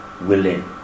willing